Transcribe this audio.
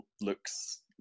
looks